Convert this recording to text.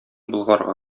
болгарга